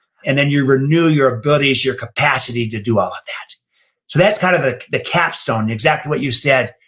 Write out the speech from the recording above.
and then you renew your abilities, your capacity to do all of that. so that's kind of ah the capstone. exactly what you said,